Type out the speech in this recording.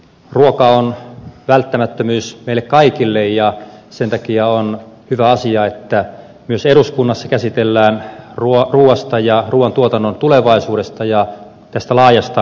ruoka on välttämättömyys meille kaikille ja sen takia on hyvä asia että myös eduskunnassa käsitellään ruokaa ja ruuantuotannon tulevaisuutta ja tätä laajaa ketjua